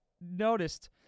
noticed